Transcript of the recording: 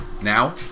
Now